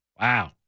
Wow